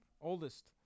Oldest